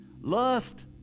lust